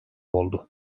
oldu